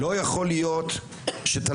לא יכול להיות שתלמידים,